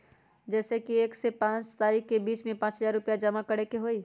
जैसे कि एक से पाँच तारीक के बीज में पाँच हजार रुपया जमा करेके ही हैई?